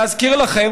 להזכיר לכם,